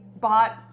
bought